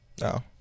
No